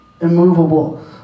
immovable